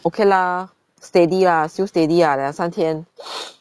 okay lah steady lah still steady lah 两三天